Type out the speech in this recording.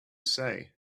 say